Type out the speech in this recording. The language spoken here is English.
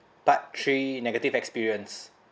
part three negative experience